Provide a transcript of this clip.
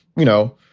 you know,